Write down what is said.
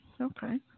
okay